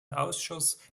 ausschuss